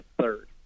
third